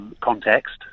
Context